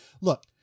Look